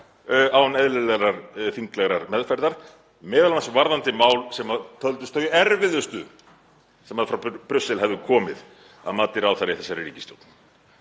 án eðlilegrar þinglegrar meðferðar, m.a. varðandi mál sem töldust þau erfiðustu sem frá Brussel hefðu komið að mati ráðherra í þessari ríkisstjórn.